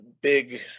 big